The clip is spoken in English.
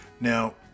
Now